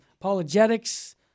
Apologetics